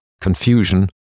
confusion